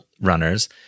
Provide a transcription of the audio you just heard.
runners